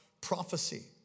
prophecy